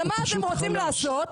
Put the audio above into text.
ומה אתם רוצים לעשות?